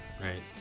Right